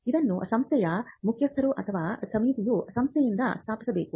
ಇದನ್ನು ಸಂಸ್ಥೆಯ ಮುಖ್ಯಸ್ಥರು ಅಥವಾ ಸಮಿತಿಯು ಸಂಸ್ಥೆಯಿಂದ ಸ್ಥಾಪಿಸಬೇಕು